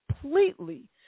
completely